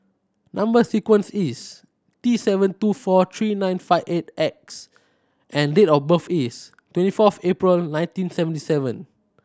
number sequence is T seven two four three nine five eight X and date of birth is twenty fourth April nineteen seventy seven